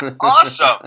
Awesome